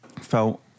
felt